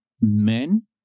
men